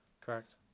correct